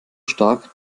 stark